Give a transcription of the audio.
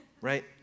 right